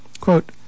Quote